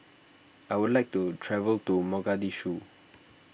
I would like to travel to Mogadishu